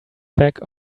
back